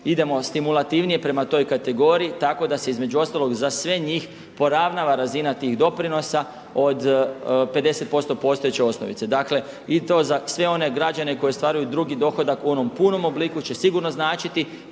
idemo stimulativnije prema toj kategoriji tako da se između ostalog za sve njih poravna razina tih doprinosa od 50% postojeće osnovice. Dakle i to za sve one građane koji ostvaruju drugi dohodak u onom punom obliku će sigurno značiti